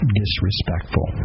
disrespectful